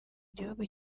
gihugu